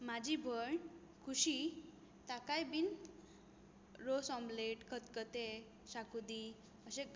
म्हजी भयण खुशी ताकाय बी रोस ऑमलेट खतखतें शाकुती अशें